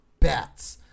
Bats